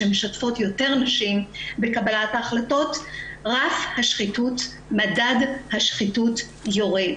שמשתפות יותר נשים בקבלת ההחלטות מדד השחיתות יורד.